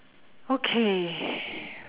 okay